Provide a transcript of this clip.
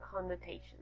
connotations